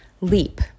leap